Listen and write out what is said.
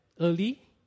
early